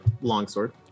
longsword